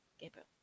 Gabriel